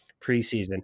Preseason